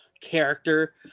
character